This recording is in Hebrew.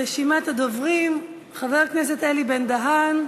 רשימת הדוברים: חבר הכנסת אלי בן-דהן,